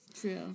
True